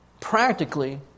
practically